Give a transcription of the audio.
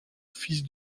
fils